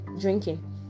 drinking